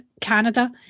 Canada